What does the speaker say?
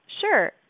Sure